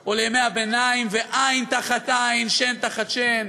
או לימי הביניים ועין תחת עין, שן תחת שן,